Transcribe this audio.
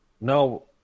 No